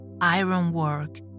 ironwork